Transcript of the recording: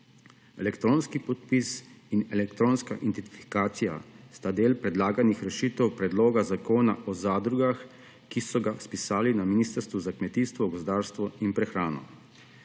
Elektronski podpis in elektronska identifikacija sta del predlaganih rešitev predloga zakona o zadrugah, ki so ga spisali na Ministrstvu za kmetijstvo, gozdarstvo in prehrano.